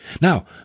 Now